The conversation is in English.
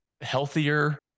healthier